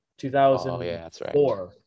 2004